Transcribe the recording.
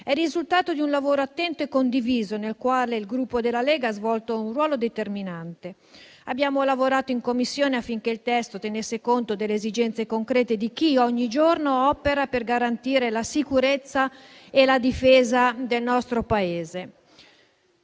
il risultato di un lavoro attento e condiviso, nel quale il Gruppo della Lega ha svolto un ruolo determinante. Abbiamo lavorato in Commissione affinché il testo tenesse conto delle esigenze concrete di chi ogni giorno opera per garantire la sicurezza e la difesa del nostro Paese.